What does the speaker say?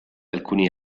alcuni